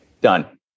done